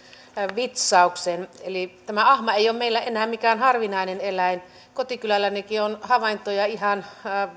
vitsauksen eli ahma ei ole meillä enää mikään harvinainen eläin kotikylällänikin on havaintoja ihan